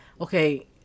Okay